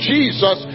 Jesus